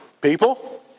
People